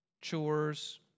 chores